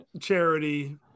charity